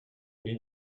ils